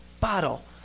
bottle